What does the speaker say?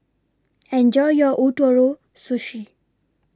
Enjoy your Ootoro Sushi